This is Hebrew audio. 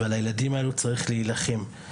ועל הילדים האלה צריך להילחם.